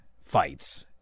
fights